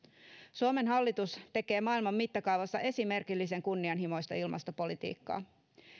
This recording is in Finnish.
suomen hallitus tekee maailman mittakaavassa esimerkillisen kunnianhimoista ilmastopolitiikkaa